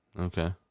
okay